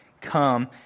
come